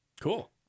Cool